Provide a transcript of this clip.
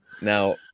now